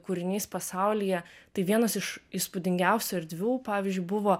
kūrinys pasaulyje tai vienas iš įspūdingiausių erdvių pavyzdžiui buvo